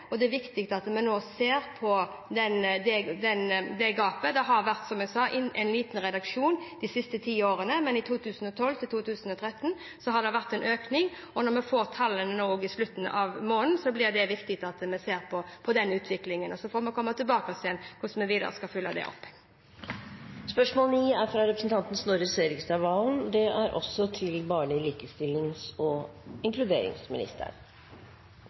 er viktig at vi nå ser på det gapet. Det har, som jeg sa, vært en liten reduksjon de siste ti årene, men i 2012–2013 har det vært en økning. Når vi får tallene i slutten av måneden, blir det viktig å se på utviklingen. Så får vi komme tilbake og se på hvordan vi skal følge det opp videre. «Likestilling handler først og fremst om rettferdighet. Men likestilling er også god økonomisk politikk og